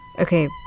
Okay